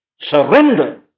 Surrender